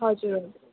हजुर